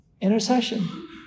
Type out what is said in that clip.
Intercession